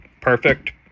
perfect